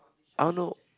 I don't know